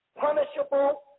punishable